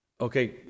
okay